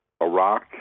Iraq